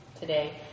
today